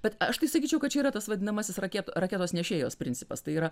bet aš tai sakyčiau kad čia yra tas vadinamasis raketų raketos nešėjos principas tai yra